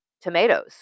tomatoes